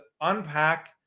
unpack